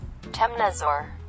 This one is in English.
Temnazor